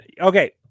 Okay